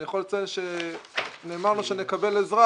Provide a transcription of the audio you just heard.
אני יכול לציין שנאמר לנו שנקבל עזרה